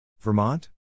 Vermont